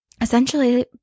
essentially